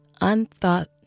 Unthought